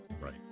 Right